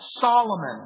Solomon